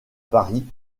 paris